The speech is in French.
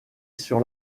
sur